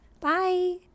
Bye